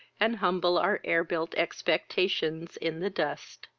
and humble our air-built expectations in the dust!